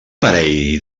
parell